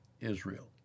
Israel